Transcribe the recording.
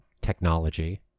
technology